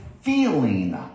feeling